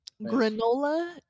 Granola